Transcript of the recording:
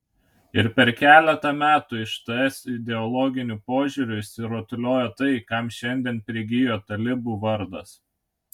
ir per keletą metų iš ts ideologiniu požiūriu išsirutuliojo tai kam šiandien prigijo talibų vardas